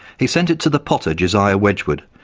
he sent it to the potter josiah wedgwood,